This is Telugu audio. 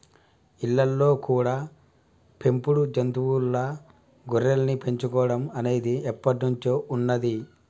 ఇళ్ళల్లో కూడా పెంపుడు జంతువుల్లా గొర్రెల్ని పెంచుకోడం అనేది ఎప్పట్నుంచో ఉన్నది